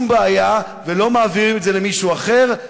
בעיה ולא מעבירים את זה למישהו אחר,